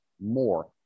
more